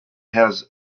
has